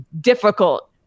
Difficult